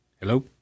Hello